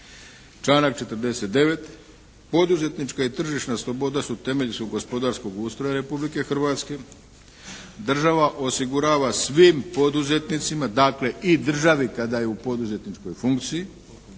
članak 49.: "Poduzetnička i tržišna sloboda su temelj gospodarskog ustroja Republike Hrvatske. Država osigurava svim poduzetnicima dakle i državi kada je u poduzetničkoj funkciji